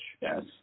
Yes